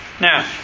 Now